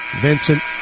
vincent